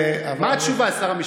מה התשובה, שר המשפטים?